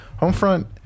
Homefront